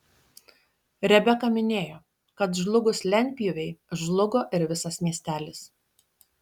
rebeka minėjo kad žlugus lentpjūvei žlugo ir visas miestelis